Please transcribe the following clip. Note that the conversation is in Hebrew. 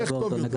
איך טוב יותר?